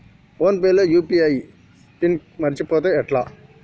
Phone pay లో UPI pin మరచిపోతే ఎట్లా?